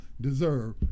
deserve